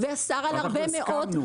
ואסר על הרבה מאוד.